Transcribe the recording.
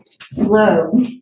slow